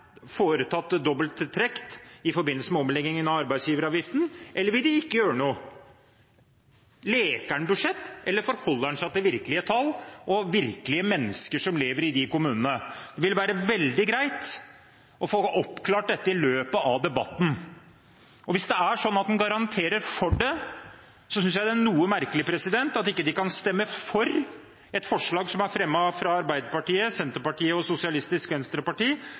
foretatt dobbelttrekk i forbindelse med omleggingen av arbeidsgiveravgiften, eller vil de ikke gjøre noe? Leker han budsjett, eller forholder han seg til virkelige tall og virkelige mennesker som lever i disse kommunene? Det ville være veldig greit å få oppklart dette i løpet av debatten. Hvis det er sånn at han garanterer for det, synes jeg det er noe merkelig at de ikke kan stemme for et forslag som er fremmet av Arbeiderpartiet, Senterpartiet og Sosialistisk Venstreparti